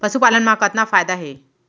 पशुपालन मा कतना फायदा हे?